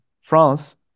France